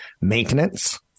maintenance